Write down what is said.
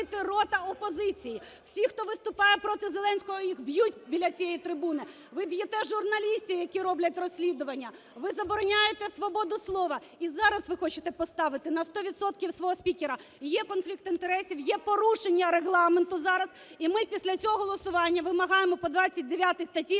Ви б'єте журналістів, які роблять розслідування. Ви забороняєте свободу слова. І зараз ви хочете поставити на 100 відсотків свого спікера. Є конфлікт інтересів, є порушення Регламенту зараз. І ми після цього голосування вимагаємо по 29 статті...